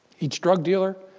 each drug dealer,